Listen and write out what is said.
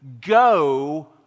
go